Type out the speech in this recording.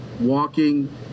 walking